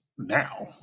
Now